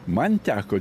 man teko